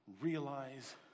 realize